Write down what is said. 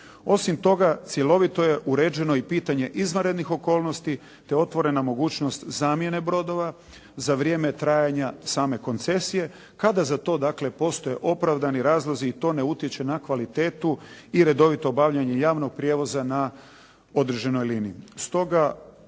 Osim toga, cjelovito je uređeno i pitanje izvanrednih okolnosti te otvorena mogućnost zamjene brodova za vrijeme trajanja same koncesije kada za to postoje opravdani razlozi i to ne utječe na kvalitetu i redovito obavljanje javnog prijevoza na određenoj liniji.